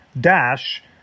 Dash